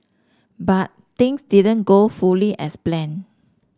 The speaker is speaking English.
but things didn't go fully as planned